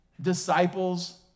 disciples